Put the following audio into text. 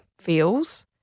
feels